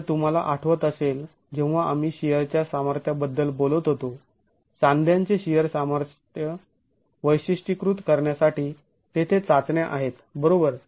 जर तुम्हाला आठवत असेल जेव्हा आम्ही शिअरच्या सामर्थ्याबद्दल बोलत होतो सांध्यांचे शिअर सामर्थ्य वैशिष्ट्यीकृत करण्यासाठी तेथे चाचण्या आहेत बरोबर